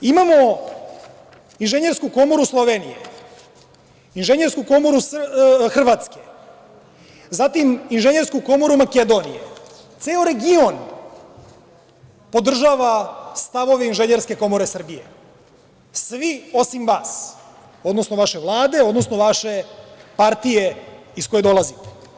Imamo Inženjersku komoru Slovenije, Inženjersku komoru Hrvatske, zatim Inženjersku komoru Makedonije, ceo region podržava stavove Inženjerske komore Srbije, svi osim vas, odnosno vaše Vlade, odnosno vaše partije iz koje dolazite.